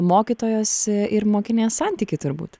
mokytojos ir mokinės santykį turbūt